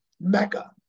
mecca